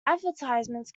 advertisements